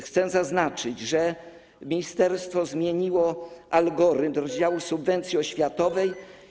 Chcę zaznaczyć, że ministerstwo zmieniło algorytm rozdziału subwencji o światowej.